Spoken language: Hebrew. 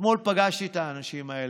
אתמול פגשתי את האנשים האלה.